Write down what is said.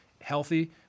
healthy –